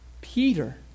Peter